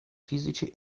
fisici